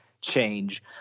change